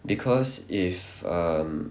because if um